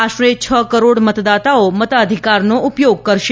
આશરે છ કરોડ મતદાતાઓ મતાધિકારનો ઉપયોગ કરશે